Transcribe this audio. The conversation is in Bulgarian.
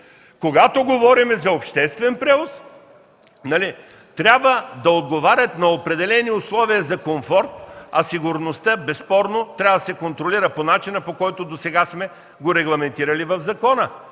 Когато говорим за обществен превоз, автомобилите трябва да отговарят на определени условия за комфорт, а сигурността безспорно трябва да се контролира по начина, по който досега сме регламентирали в закона.